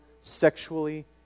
sexually